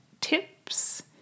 tips